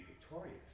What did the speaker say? victorious